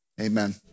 Amen